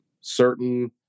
certain